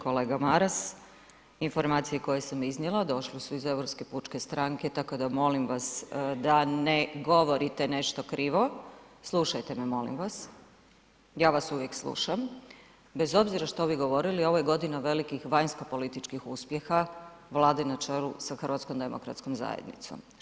Kolega Maras, informacije koje sam iznijela došle su iz Europske pučke stranke, tako da molim vas da ne govorite nešto krivo, slušajte me molim vas, ja vas uvijek slušam, bez obzira što vi govorili, ovo je godina velikih vanjsko političkih uspjela Vlade na čelu sa HDZ-om.